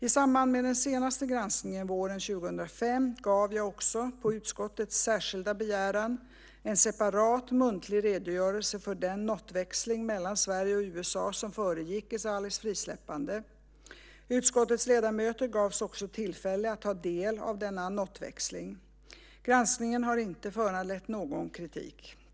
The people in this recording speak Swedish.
I samband med den senaste granskningen våren 2005 gav jag också - på utskottets särskilda begäran - en separat muntlig redogörelse för den notväxling mellan Sverige och USA som föregick Ghezalis frisläppande. Utskottets ledamöter gavs också tillfälle att ta del av denna notväxling. Granskningen har inte föranlett någon kritik.